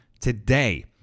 today